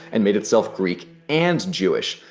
and made itself greek and jewish.